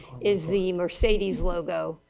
is the mercedes logo.